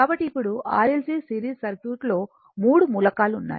కాబట్టి ఇప్పుడు R L C series circuit లో మూడు మూలకాలు ఉన్నాయి